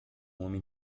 homem